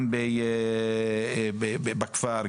גם בכפר,